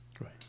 Right